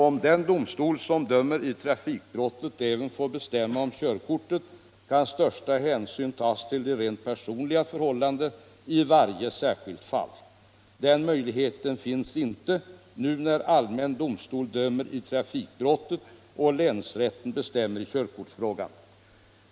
Om den domstol som dömer i trafikbrottet även får bestämma om körkortet, kan största hänsyn tas till de rent personliga förhållandena i varje särskilt fall. Den möjligheten finns inte nu när allmän domstol dömer i trafikbrottet och länsrätten bestämmer i körkortsfrågan.